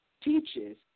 teaches